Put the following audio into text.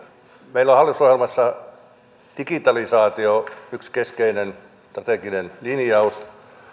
meillä on hallitusohjelmassa digitalisaatio yksi keskeinen strateginen linjaus